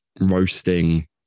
roasting